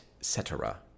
cetera